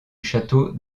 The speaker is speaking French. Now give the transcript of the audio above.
château